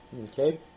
Okay